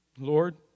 Lord